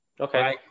Okay